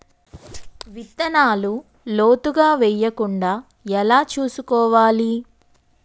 విత్తనాలు లోతుగా వెయ్యకుండా ఎలా చూసుకోవాలి?